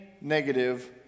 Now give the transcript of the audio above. negative